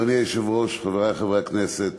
אדוני היושב-ראש, חברי חברי הכנסת,